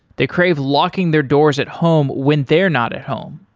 they crave locking their doors at home when they're not at home.